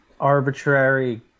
arbitrary